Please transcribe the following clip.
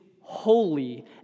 holy